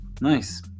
nice